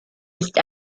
ist